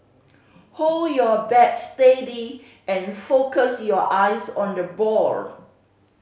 hold your bat steady and focus your eyes on the ball